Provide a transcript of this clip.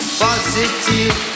positive